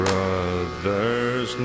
Brothers